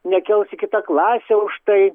nekels į kitą klasę užtai